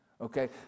Okay